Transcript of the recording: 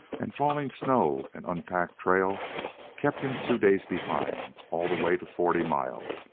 and falling snow and unpacked trail kept him two days behind all the way to forty mile.